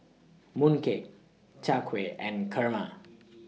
Mooncake Chai Kueh and Kurma